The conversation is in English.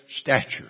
Stature